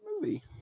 movie